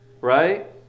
right